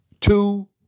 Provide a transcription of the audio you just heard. two